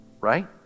Right